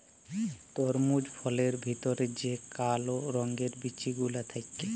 তরমুজ ফলের ভেতর যে কাল রঙের বিচি গুলা থাক্যে